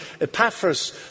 Epaphras